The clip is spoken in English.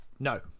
No